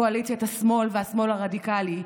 קואליציית השמאל והשמאל הרדיקלי,